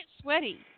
sweaty